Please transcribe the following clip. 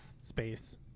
space